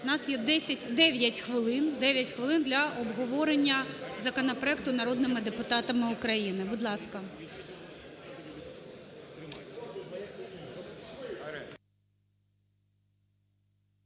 хвилин, 9 хвилин для обговорення законопроекту народними депутатами України. Будь ласка.